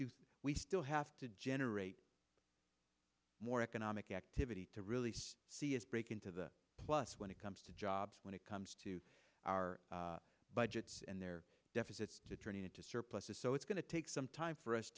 do we still have to generate more economic activity to really see is break into the plus when it comes to jobs when it comes to our budgets and their deficits turning into surpluses so it's going to take some time for us